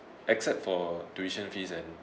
except for tuition fees and